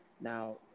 now